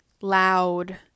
loud